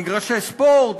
מגרשי ספורט,